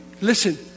Listen